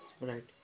right